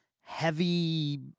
heavy